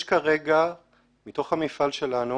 יש כרגע מתוך המפעל שלנו